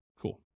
Cool